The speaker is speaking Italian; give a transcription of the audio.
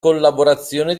collaborazione